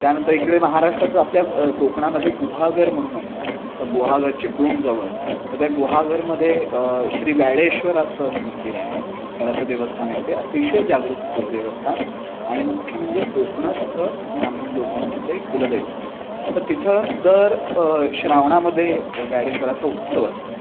त्यानंतर इकडे महाराष्ट्राचं आपल्या कोकणामध्ये गुहागर म्हणून आहे तर गुहागर चिपळूणजवळ तर त्या गुहागरमध्ये श्री व्याडेश्वराचं मंदिर आहे शंकराचं देवस्थान आहे ते अतिशय जागृत देवस्थान आणि मुख्य म्हणजे कोकणस्थ ब्राह्मण लोकांची ते कुलदैवत तर तिथं दर श्रावणामधे व्याडेश्वराचा उत्सव असतो